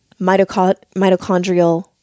mitochondrial